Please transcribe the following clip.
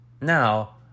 Now